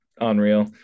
unreal